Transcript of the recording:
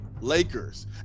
lakers